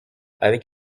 avec